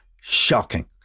shocking